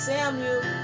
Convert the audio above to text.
Samuel